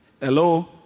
Hello